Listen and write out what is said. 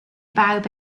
bawb